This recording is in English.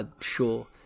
sure